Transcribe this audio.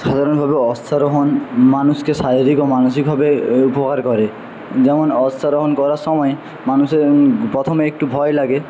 সাধারণভাবে অশ্বারোহণ মানুষকে শারীরিক ও মানসিকভাবে উপকার করে যেমন অশ্বারোহণ করার সময় মানুষের প্রথমে একটু ভয় লাগে